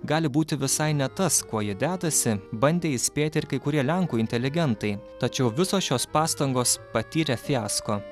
gali būti visai ne tas kuo ji dedasi bandė įspėti ir kai kurie lenkų inteligentai tačiau visos šios pastangos patyrė fiasko